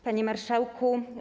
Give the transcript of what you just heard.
Panie Marszałku!